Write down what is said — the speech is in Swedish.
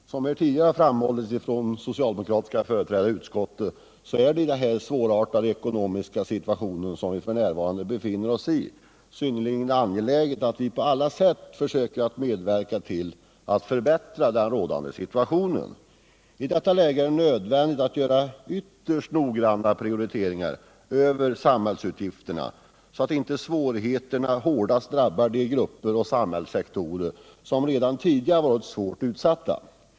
Herr talman! Som tidigare har framhållits av socialdemokratiska företrädare i utskottet är det i den svårartade ekonomiska situation som vi f. n. befinneross i synnerligen angeläget att vi på alla sätt försöker medverka till att förbättra den rådande situationen. I detta läge är det nödvändigt att göra ytterst noggranna prioriteringar av samhällsutgifterna, så att inte svårigheterna hårdast drabbar de grupper och samhällssektorer som redan tidigare varit svårt utsatta.